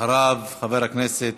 אחריו, חבר הכנסת